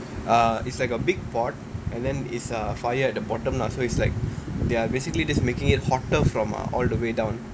err it's like a big pot and then it's err fired at the bottom lah so it's like they are basically just making it hotter from all the way down